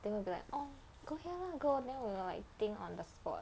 then we will be like oh go here lah go then we will like think on the spot